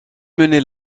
mené